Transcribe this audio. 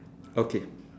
okay